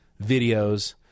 videos